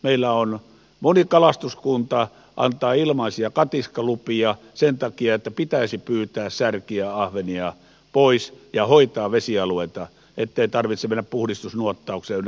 meillä moni kalastuskunta antaa ilmaisia katiskalupia sen takia että pitäisi pyytää särkiä ahvenia pois ja hoitaa vesialueita ettei tarvitse mennä puhdistusnuottaukseen ynnä muuhun